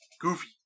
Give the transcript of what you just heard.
Goofy